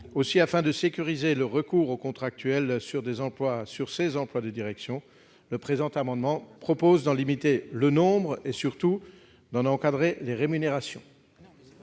Aussi, afin de sécuriser le recours aux contractuels pour des emplois de direction, le présent amendement vise à en limiter le nombre et à en encadrer la rémunération.